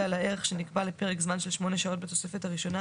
על הערך שנקבע לפרק זמן של 8 שעות בתוספת הראשונה